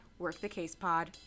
WorkTheCasePod